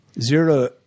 Zero